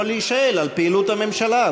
הוא יכול להישאל על פעילות הממשלה.